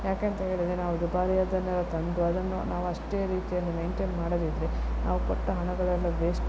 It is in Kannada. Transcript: ಯಾಕೆ ಅಂತ ಹೇಳಿದರೆ ನಾವು ದುಬಾರಿ ಅದನ್ನೆಲ್ಲ ತಂದು ಅದನ್ನು ನಾವು ಅಷ್ಟೇ ರೀತಿಯಲ್ಲಿ ಮೈಂಟೈನ್ ಮಾಡದಿದ್ದರೆ ನಾವು ಕೊಟ್ಟ ಹಣಗಳೆಲ್ಲ ವೇಸ್ಟ್